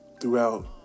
throughout